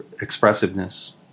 expressiveness